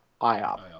IOP